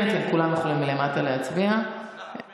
כן, כן, כולם יכולים להצביע מלמטה.